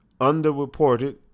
underreported